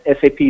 SAP